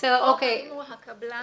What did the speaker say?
או האם הוא הקבלן.